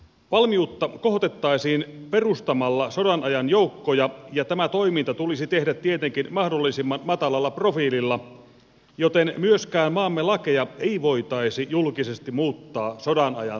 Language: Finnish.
valmiutta kohotettaisiin perustamalla sodanajan joukkoja ja tämä toiminta tulisi tehdä tietenkin mahdollisimman matalalla profiililla joten myöskään maamme lakeja ei voitaisi julkisesti muuttaa sodanajan laeiksi